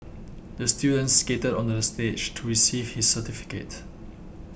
the student skated onto the stage to receive his certificate